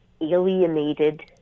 alienated